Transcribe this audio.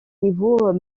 niveau